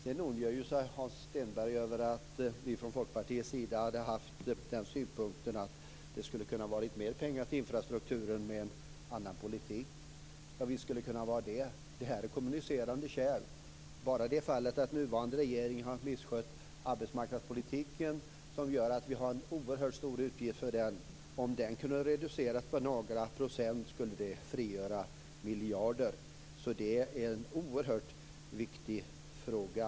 Sedan ondgör sig Hans Stenberg över att vi från Folkpartiet har den synpunkten att det skulle kunna ha anslagits mera pengar till infrastrukturen med en annan politik. Visst skulle det kunna ha varit så. Detta är kommunicerande kärl. Den nuvarande regeringen har misskött arbetsmarknadspolitiken, och det gör att utgifterna för denna är oerhört stora. Om dessa kunde reduceras med några procent skulle det frigöra miljarder. Detta är en oerhört viktig fråga.